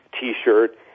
T-shirt